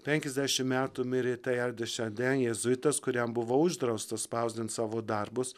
penkiasdešimt metų mirė tejerdis šede jėzuitas kuriam buvo uždrausta spausdint savo darbus